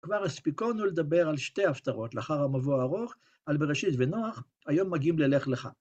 כבר הספיקונו לדבר על שתי הפטרות לאחר המבוא הארוך, על בראשית ונוח, היום מגיעים ללך לך.